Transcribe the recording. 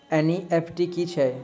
NEFT की छीयै?